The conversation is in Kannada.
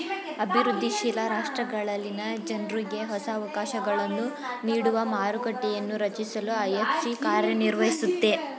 ಅಭಿವೃದ್ಧಿ ಶೀಲ ರಾಷ್ಟ್ರಗಳಲ್ಲಿನ ಜನ್ರುಗೆ ಹೊಸ ಅವಕಾಶಗಳನ್ನು ನೀಡುವ ಮಾರುಕಟ್ಟೆಯನ್ನೂ ರಚಿಸಲು ಐ.ಎಫ್.ಸಿ ಕಾರ್ಯನಿರ್ವಹಿಸುತ್ತೆ